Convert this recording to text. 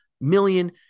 million